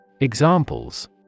Examples